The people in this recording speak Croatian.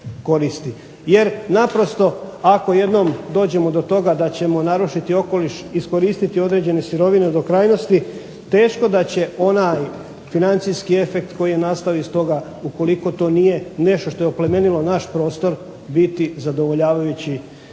jer naprosto ako jednom dođemo do toga da ćemo narušiti okoliš, iskoristiti određene sirovine do krajnosti, teško da će onaj financijski efekt koji je nastao iz toga ukoliko to nije nešto što je oplemenilo naš prostor biti zadovoljavajući